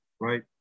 right